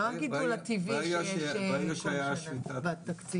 לא הגידול הטבעי שיש כל שנה בתקציב.